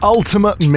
Ultimate